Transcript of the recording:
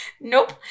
Nope